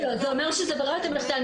זה אומר שזו ברירת המחדל,